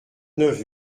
neuf